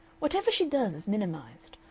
whatever she does is minimized.